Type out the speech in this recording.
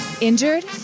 Injured